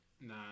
nah